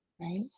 right